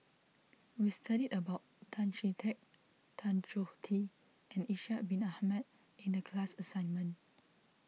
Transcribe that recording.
we studied about Tan Chee Teck Tan Choh Tee and Ishak Bin Ahmad in the class assignment